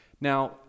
Now